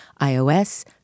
iOS